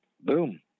boom